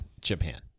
Japan